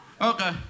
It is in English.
Okay